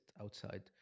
outside